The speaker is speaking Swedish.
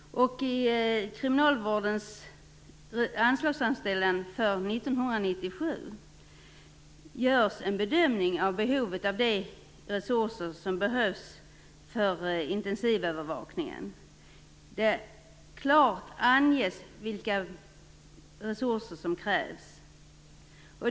I kriminalvårdens anslagsframställan för 1997 görs en bedömning av behovet av de resurser som behövs för intensivövervakningen, och det anges klart vilka resurser som krävs.